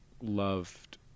loved